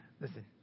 Listen